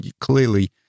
clearly